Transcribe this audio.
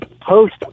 post